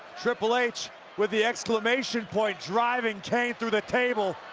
triple h with the exclamation point driving kane through the table.